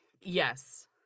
Yes